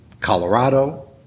Colorado